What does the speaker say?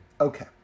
Okay